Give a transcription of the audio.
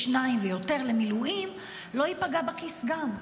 שניים ויותר למילואים לא ייפגע בכיס גם,